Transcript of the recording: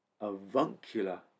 Avuncular